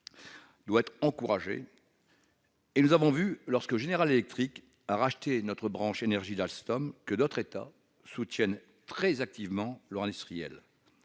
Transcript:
doit être encouragée. Nous avons vu, lorsque General Electric a racheté la branche énergie d'Alstom, que d'autres États soutiennent très activement leurs industriels.